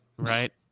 right